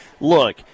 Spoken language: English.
Look